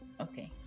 Okay